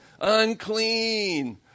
unclean